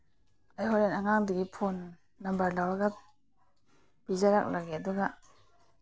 ꯑꯩ ꯍꯣꯔꯦꯟ ꯑꯉꯥꯡꯗꯨꯒꯤ ꯐꯣꯟ ꯅꯝꯕꯔ ꯂꯧꯔꯒ ꯄꯤꯖꯔꯛꯂꯒꯦ ꯑꯗꯨꯒ